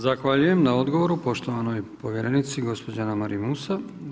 Zahvaljujem na odgovoru poštovanoj povjerenici gospođi Anamariji Musa.